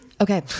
Okay